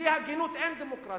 בלי הגינות אין דמוקרטיה.